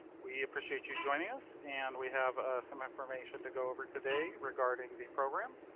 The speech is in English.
we appreciate you joining us and we have some information to go over today regarding the program.